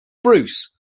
bruce